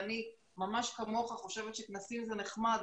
אני ממש כמוך חושבת שכנסים זה נחמד,